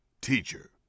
teacher